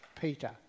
Peter